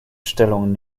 stellung